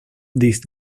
this